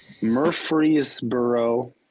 Murfreesboro